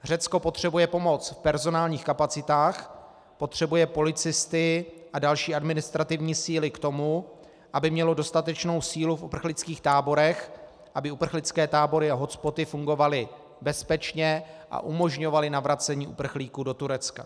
Řecko potřebuje pomoc v personálních kapacitách, potřebuje policisty a další administrativní síly k tomu, aby mělo dostatečnou sílu v uprchlických táborech, aby uprchlické tábory a hotspoty fungovaly bezpečně a umožňovaly navracení uprchlíků do Turecka.